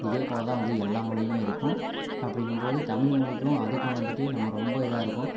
இதேபோல் தான் வந்து எல்லா மொழியுமே இருக்கும் அப்படிங்கும் போது தமிழ்மொழிக்கும் அதுக்கும் வந்துகிட்டு நம்ம ரொம்ப இதாக இருக்கும்